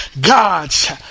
God's